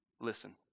listen